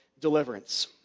deliverance